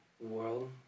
world